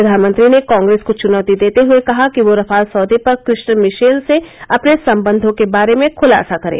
प्रधानमंत्री ने कांग्रेस को चुनौती देते हए कहा कि वह राफाल सौदे पर क्रिश्चियन मिशेल से अपने संबंधों के बारे में ख्लासा करे